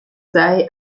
sei